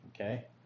Okay